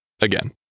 again